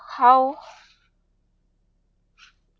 how